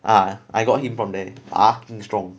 ah I got him from there fucking strong